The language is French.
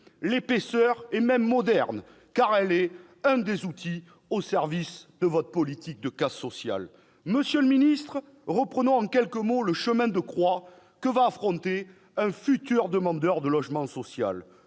l'épaisseur est même moderne, car elle est l'un des outils au service de votre politique de casse sociale. Monsieur le ministre, reprenons en quelques mots le chemin de croix que va affronter un futur demandeur de logement social.